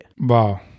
Wow